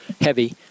heavy